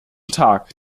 tag